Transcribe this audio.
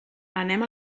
anem